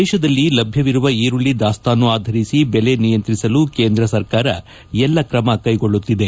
ದೇಶದಲ್ಲಿ ಲಭ್ಯವಿರುವ ಈರುಳ್ಳಿ ದಾಸ್ತಾನು ಆಧರಿಸಿ ಬೆಲೆ ನಿಯಂತ್ರಿಸಲು ಕೇಂದ್ರ ಸರ್ಕಾರ ಎಲ್ಲಾ ತ್ರಮ ಕ್ಕೆಗೊಳ್ಳುತ್ತಿದೆ